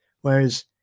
Whereas